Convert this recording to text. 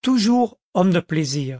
toujours homme de plaisir